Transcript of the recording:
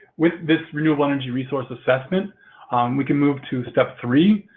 with this renewable energy resource assessment we can move to step three,